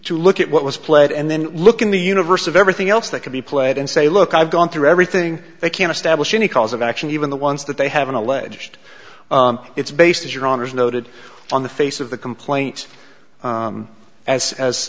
to look at what was played and then look in the universe of everything else that could be played and say look i've gone through everything they can establish any cause of action even the ones that they haven't alleged it's based your honor is noted on the face of the complaint as as